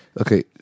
Okay